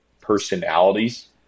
personalities